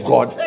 God